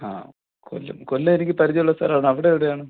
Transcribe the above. ആ കൊല്ലം കൊല്ലം എനിക്ക് പരിചയമുള്ള സ്ഥലമാണ് അവിടെവിടെയാണ്